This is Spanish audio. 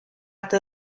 parte